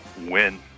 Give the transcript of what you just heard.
Win